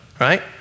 right